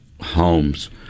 homes